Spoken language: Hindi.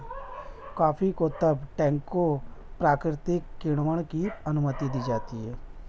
कॉफी को तब टैंकों प्राकृतिक किण्वन की अनुमति दी जाती है